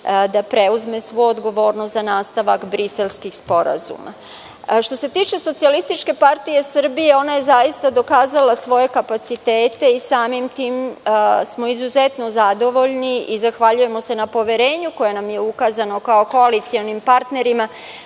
da preuzme svu odgovornost za nastavak Briselskih sporazuma. Što se tiče SPS-a, ona je zaista dokazala svoje kapacitete i samim tim smo izuzetno zadovoljni i zahvaljujemo se na poverenju koje nam je ukazano kao koalicionim partnerima